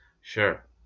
Sure